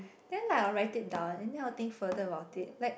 then I'll write it down and then I'll think further about it like